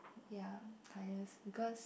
ya kindness because